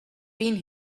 been